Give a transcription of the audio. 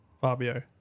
Fabio